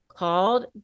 Called